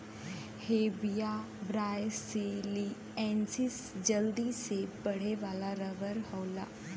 Hevea ब्रासिलिएन्सिस जल्दी से बढ़े वाला रबर होला